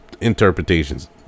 interpretations